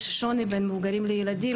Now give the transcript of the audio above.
יש שוני בין מבוגרים לילדים,